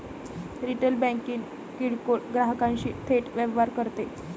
retail banking किरकोळ ग्राहकांशी थेट व्यवहार करते